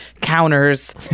counters